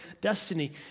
destiny